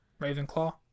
Ravenclaw